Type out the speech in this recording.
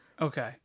Okay